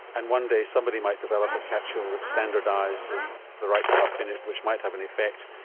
and one day somebody might develop a capsule that's standardised with the right stuff in it which might have an effect,